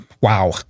wow